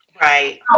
Right